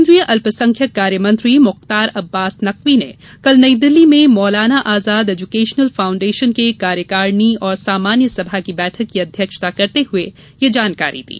केंद्रीय अल्पसंख्यक कार्य मंत्री मुख्तार अब्बास नकवी ने कल नई दिल्ली में मौलाना आज़ाद एजुकेशनल फाउंडेशन की कार्यकारिणी और सामान्य सभा की बैठक की अध्यक्षता करते हुए यह जानकारी दी